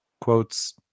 quotes